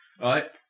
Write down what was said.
right